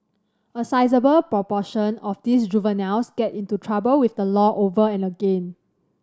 a sizeable proportion of these juveniles get into trouble with the law over and again